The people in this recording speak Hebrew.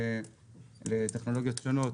לטכנולוגיות שונות,